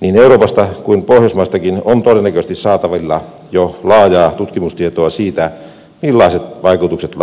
niin euroopasta kuin pohjoismaistakin on todennäköisesti saatavilla jo laajaa tutkimustietoa siitä millaiset vaikutukset